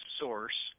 source